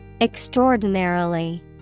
Extraordinarily